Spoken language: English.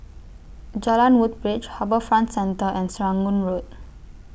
Jalan Woodbridge HarbourFront Centre and Serangoon Road